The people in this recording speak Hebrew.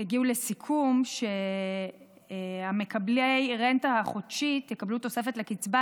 הגיעו לסיכום שמקבלי רנטה חודשית יקבלו תוספת לקצבה,